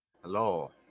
Hello